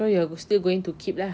so you're still going to keep lah